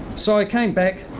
so, i came back,